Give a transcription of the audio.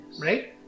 right